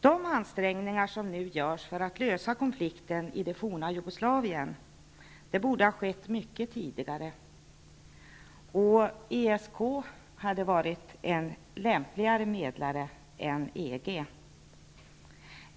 De ansträngningar som nu görs för att lösa konflikten i det forna Jugoslavien borde ha gjorts mycket tidigare. ESK hade varit en lämpligare medlare än EG.